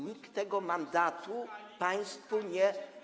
Nikt tego mandatu państwu nie.